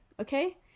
okay